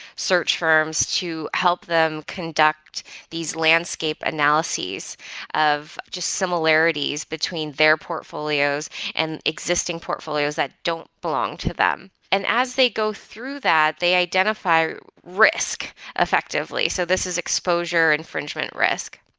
search firms to help them conduct these landscape analyses of just similarities between their portfolios and existing portfolios that don't belong to them. and as they go through that, they identify risk effectively. so this is exposure infringement risk.